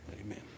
amen